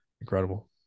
Incredible